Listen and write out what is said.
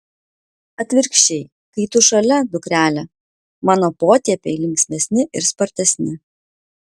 atvirkščiai kai tu šalia dukrele mano potėpiai linksmesni ir spartesni